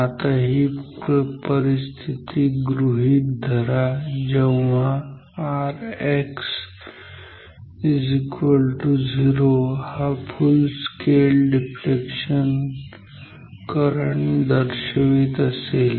आता ही परिस्थिती गृहीत धरा जेव्हा Rx 0 हा फुल स्केल डिफ्लेक्शन करंट दर्शवीत असेल